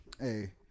hey